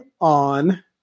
on